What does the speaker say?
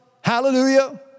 Hallelujah